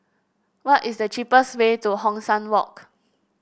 what is the cheapest way to Hong San Walk